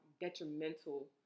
detrimental